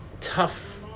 tough